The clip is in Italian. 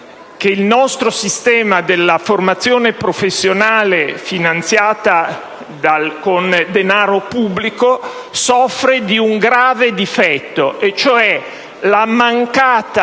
il nostro sistema della formazione professionale finanziata con denaro pubblico soffre di un grave difetto: la mancata